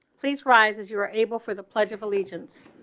please rise as you are able, for the pledge of allegiance